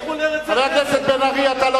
לכו לארץ אחרת.